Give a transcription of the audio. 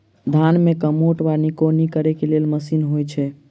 धान मे कमोट वा निकौनी करै लेल केँ मशीन होइ छै?